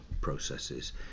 processes